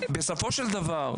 בסופו של דבר,